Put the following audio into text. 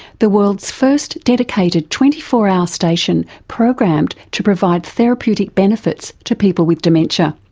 the world's first dedicated twenty four hour station programmed to provide therapeutic benefits to people with dementia.